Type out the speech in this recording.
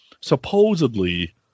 supposedly